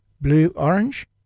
blue-orange